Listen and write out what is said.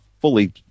fully